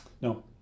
No